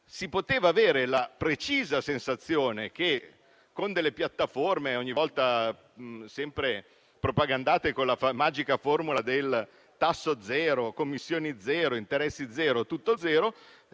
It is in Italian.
potuto avere la precisa sensazione che alcune piattaforme (sempre propagandate con la magica formula del tasso zero, commissioni zero, interessi zero, tutto a zero)